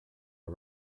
are